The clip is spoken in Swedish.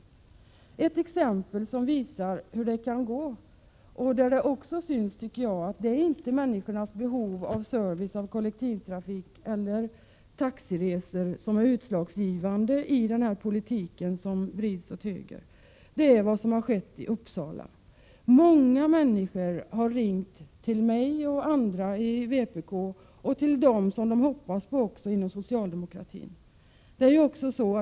Låt mig ge ett exempel som visar hur det kan gå och att det inte är människornas behov av kollektivtrafikservice och taxiresor som är utslagsgivande i den högervridna politik som nu skall införas. Jag tänker på vad som har skett i Uppsala. Många människor har ringt till mig och andra inom vpk och även till personer som de hoppas på inom socialdemokratin.